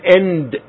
end